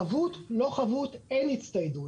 חבות או לא חבות אין הצטיידות.